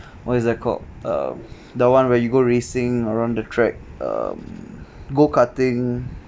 what is that called uh the one where you go racing around the track uh go-karting